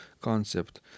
concept